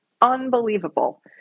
unbelievable